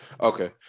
Okay